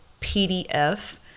pdf